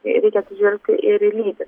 jai reikia atsižvelgti ir į lytį